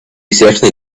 certainly